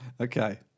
okay